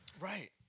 Right